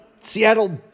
Seattle